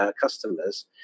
customers